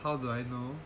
how do I know